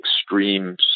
extreme